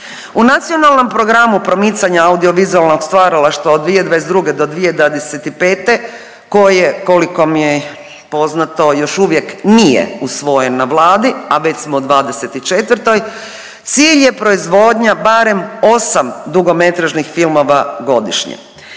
U nacionalnom programu promicanja audio vizualnog stvaralaštva od 2022. do 2025. koje koliko mi je poznato još uvijek nije usvojen na Vladi, a već smo u '24., cilj je proizvodnja barem 8 dugometražnih filmova godišnje.